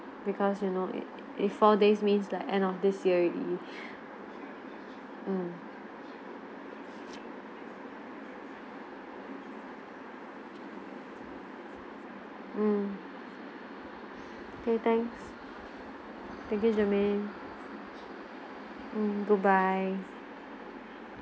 because you know it it four days means the end of this year already mm mm okay thanks thank you germane mm goodbye